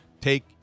Take